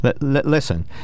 Listen